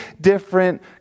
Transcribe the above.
different